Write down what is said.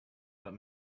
but